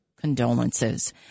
condolences